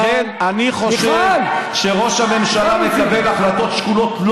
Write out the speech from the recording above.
לכן אני חושב שראש הממשלה מקבל החלטות שקולות.